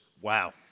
Wow